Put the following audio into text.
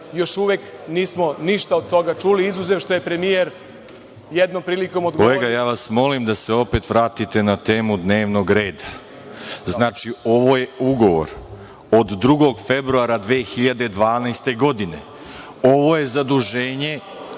Još uvek nismo ništa od toga čuli, izuzev što je premijer jednom prilikom… **Veroljub